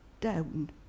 down